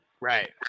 Right